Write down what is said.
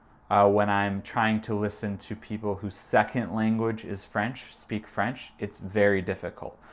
when i'm trying to listen to people who's second language is french speak french, it's very difficult,